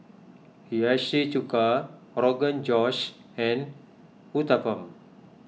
Hiyashi Chuka Rogan Josh and Uthapam